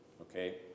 okay